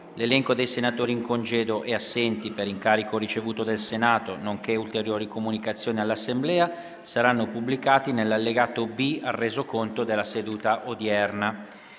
L'elenco dei senatori in congedo e assenti per incarico ricevuto dal Senato, nonché ulteriori comunicazioni all'Assemblea saranno pubblicati nell'allegato B al Resoconto della seduta odierna.